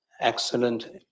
excellent